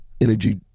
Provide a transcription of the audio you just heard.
energy